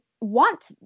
want